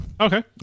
Okay